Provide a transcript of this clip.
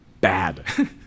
bad